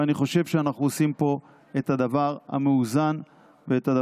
ואני חושב שאנחנו עושים פה את הדבר המאוזן והנכון.